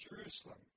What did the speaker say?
Jerusalem